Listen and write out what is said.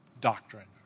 doctrine